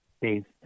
based